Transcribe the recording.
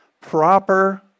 proper